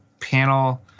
panel